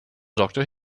doctor